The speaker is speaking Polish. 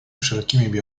wszelkimi